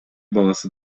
баласы